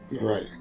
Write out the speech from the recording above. right